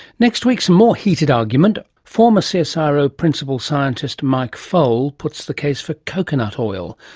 next week some more heated argument former so csiro principal scientist mike foale puts the case for coconut oil,